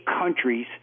countries